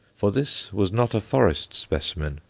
for this was not a forest specimen.